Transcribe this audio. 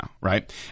right